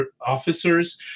officers